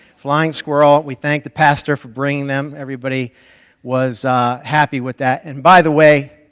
flying squirrel. we thank the pastor for bringing them. everybody was happy with that. and by the way,